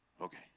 Okay